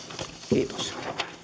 kiitos